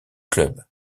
club